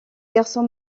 garçon